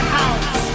house